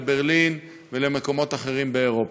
לברלין ולמקומות אחרים באירופה.